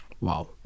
Wow